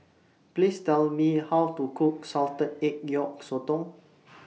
Please Tell Me How to Cook Salted Egg Yolk Sotong